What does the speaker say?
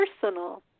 personal